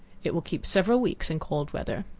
it will keep several weeks in cold weather.